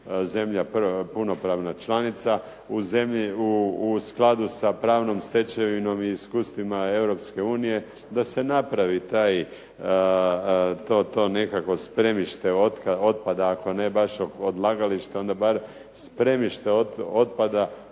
punopravna članica, u skladu sa pravnom stečevinom i iskustvima Europske unije, da se napravi to nekakvo spremište otpada ako ne baš odlagališta, onda bar spremište otpada,